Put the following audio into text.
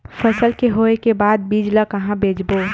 फसल के होय के बाद बीज ला कहां बेचबो?